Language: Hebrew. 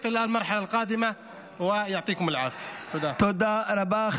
תודה רבה.